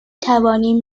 توانیم